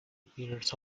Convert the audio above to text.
periods